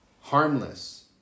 harmless